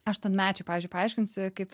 aštuonmečiui pavyzdžiui paaiškinsi kaip